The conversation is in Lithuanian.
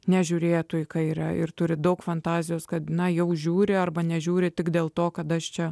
nežiūrėtų į kairę ir turi daug fantazijos kad na jau žiūri arba nežiūri tik dėl to kad aš čia